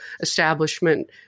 establishment